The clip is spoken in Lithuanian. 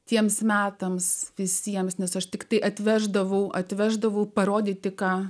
tiems metams visiems nes aš tiktai atveždavau atveždavau parodyti ką